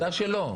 עובדה שלא.